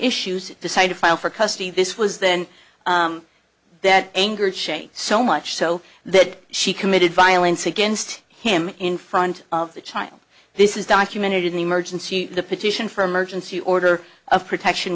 issues decided to file for custody this was then that angered shape so much so that she committed violence against him in front of the child this is documented in the emergency petition for emergency order of protection